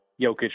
Jokic